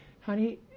honey